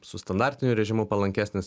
su standartiniu režimu palankesnis